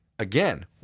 Again